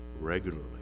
regularly